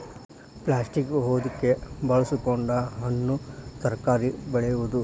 plastic ಹೊದಿಕೆ ಬಳಸಕೊಂಡ ಹಣ್ಣು ತರಕಾರಿ ಬೆಳೆಯುದು